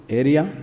area